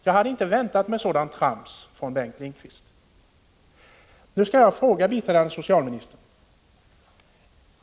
Jag hade inte väntat mig sådant trams från Bengt Lindqvist. Nu vill jag ställa en fråga till biträdande socialministern.